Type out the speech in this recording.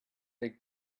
they